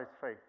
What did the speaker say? faith